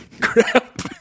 crap